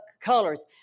colors